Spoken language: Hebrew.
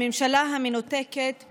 הממשלה המנותקת,